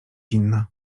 inna